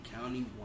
county